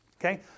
Okay